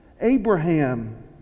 Abraham